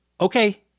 Okay